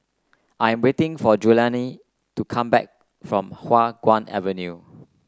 I'm waiting for Julianne to come back from Hua Guan Avenue